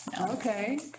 Okay